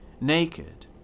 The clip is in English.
Naked